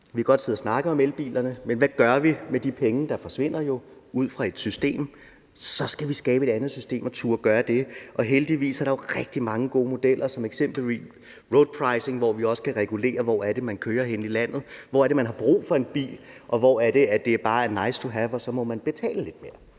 sidde og snakke om elbilerne, men hvad gør vi med de penge, der forsvinder med det system? Så skal vi skabe et andet system og turde gøre det. Heldigvis er der jo rigtig mange gode modeller som eksempelvis roadpricing, hvor vi også kan regulere, hvor det er, man kører henne i landet, hvor det er, man har brug for en bil, og hvor det bare er nice to have, og så må man betale lidt mere.